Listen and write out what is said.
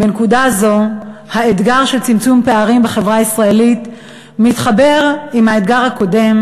בנקודה זו האתגר של צמצום פערים בחברה הישראלית מתחבר עם האתגר הקודם,